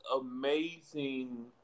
amazing